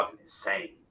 insane